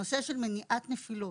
הנושא של מניעת נפילות,